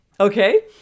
Okay